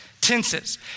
Tenses